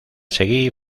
seguí